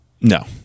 No